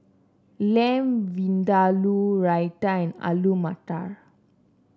Lamb Vindaloo Raita and Alu Matar